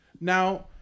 Now